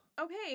okay